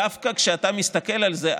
דווקא כשאתה מסתכל על זה,